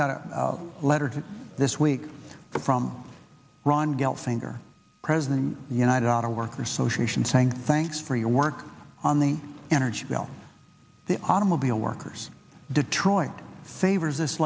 got a letter to this week from ron gettelfinger president united auto workers so she should thank thanks for your work on the energy bill the automobile workers detroit savers this